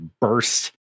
burst